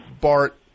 Bart